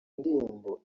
ndirimbo